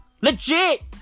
Legit